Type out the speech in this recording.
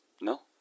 No